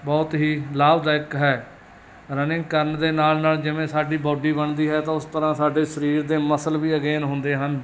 ਬਹੁਤ ਹੀ ਲਾਭਦਾਇਕ ਹੈ ਰਨਿੰਗ ਕਰਨ ਦੇ ਨਾਲ ਨਾਲ ਜਿਵੇਂ ਸਾਡੀ ਬੋਡੀ ਬਣਦੀ ਹੈ ਤਾਂ ਉਸ ਤਰ੍ਹਾਂ ਸਾਡੇ ਸਰੀਰ ਦੇ ਮਸਲ ਵੀ ਅ ਗੇਨ ਹੁੰਦੇ ਹਨ